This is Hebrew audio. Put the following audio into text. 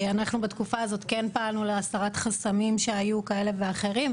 בתקופה הזאת כן פעלנו להסרת חסמים כאלה ואחרים שהיו.